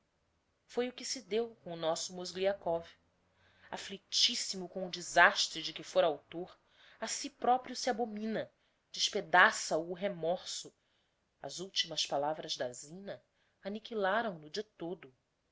foi o que se deu com o nosso mozgliakov afflictissimo com o desastre de que fôra autôr a si proprio se abomina despedaça o o remorso as ultimas palavras da zina anniquilaram no de todo